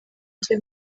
cye